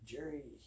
Jerry